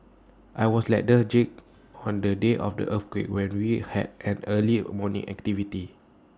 I was lethargic on the day of the earthquake when we had an early morning activity